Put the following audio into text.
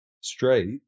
straight